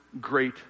great